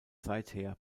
seither